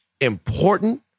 important